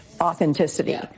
authenticity